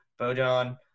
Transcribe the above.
Bojan